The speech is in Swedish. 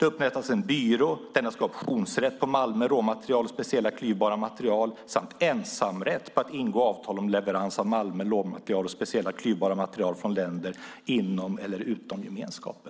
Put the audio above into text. Vidare står det att det upprättas "en byrå; denna skall ha optionsrätt till malmer, råmaterial och speciella klyvbara material". Den ska också ha "ensamrätt att ingå avtal om leverans av malmer, råmaterial och speciella klyvbara material från länder inom eller utom gemenskapen".